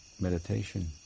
meditation